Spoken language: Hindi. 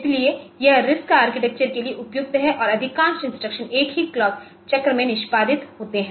इसलिए यह RISC आर्किटेक्चर के लिए उपयुक्त है और अधिकांश इंस्ट्रक्शन एक ही क्लॉक चक्र में निष्पादित होते हैं